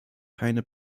keine